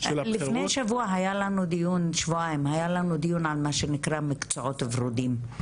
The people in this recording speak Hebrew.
לפני שבועיים היה לנו דיון על מה שנקרא מקצועות ורודים,